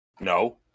No